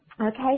Okay